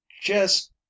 Just